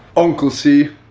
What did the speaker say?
uncle c,